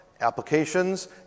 applications